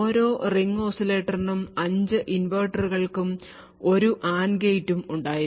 ഓരോ റിംഗ് ഓസിലേറ്ററിനും 5 ഇൻവെർട്ടറുകളും ഒരു AND ഗേറ്റും ഉണ്ടായിരുന്നു